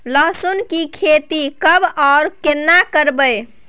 लहसुन की खेती कब आर केना करबै?